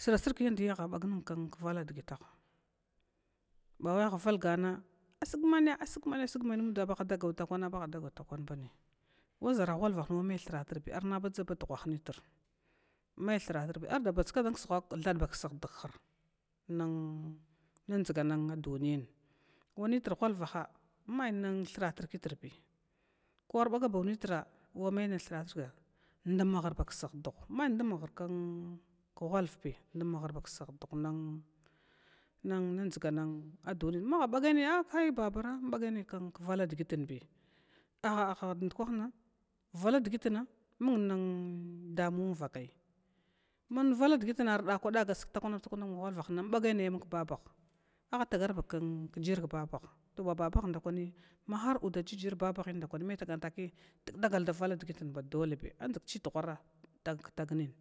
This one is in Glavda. Srasrg kyandi ahabann kvaladgitah bawal aha valgana asgmana asgmana asgmana muda buha daguu baha dagau takwan bine, wa ʒara ghalvah mai thiva tri arna badʒaba dughah nitra mai thiva arbadʒgkadana thad ba kskh dghara nn nn dʒganaduniyin wanitr ghwalvaha mai thratr kitribi ko ar baga bau nitra wama mthrts dmbahrkskih dugh mai dmhr khwavɓi dmba hrkskih dugh nn nn dʒgana duniya maha bagal nunya a kai babara in bagal nai kvala dgitinbi, aha dukwahna vala digitna mung damun vakaya an vala dgitn ar dakwa daga as takwa astakwa am whalva hna inbagal amunk babah, ataga bakji kbabaha ba baban rdakwani harma udajijir baba hindakwani wa me tagan taki dgdaga da vala dgitin ba dole, tagan taki andʒgchi dughnra tagak taganin